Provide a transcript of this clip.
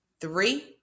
three